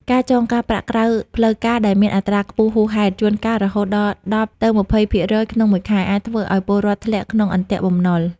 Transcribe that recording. ការចងការប្រាក់ក្រៅផ្លូវការដែលមានអត្រាខ្ពស់ហួសហេតុ (ជួនកាលរហូតដល់ ១០-២០% ក្នុងមួយខែ) អាចធ្វើឱ្យពលរដ្ឋធ្លាក់ក្នុង "អន្ទាក់បំណុល"។